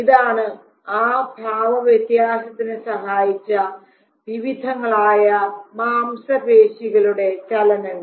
ഇതാണ് ആ ഭാവ വ്യത്യസത്തിനു സഹായിച്ച വിവിധങ്ങളായ മാംസപേശികളുടെ ചലനങ്ങൾ